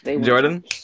Jordan